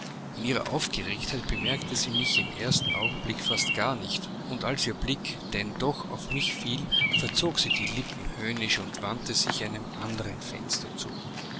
in ihrer aufgeregtheit bemerkte sie mich im ersten augenblick fast gar nicht und als ihr blick denn doch auf mich fiel verzog sie die lippen höhnisch und wandte sich einem andern fenster zu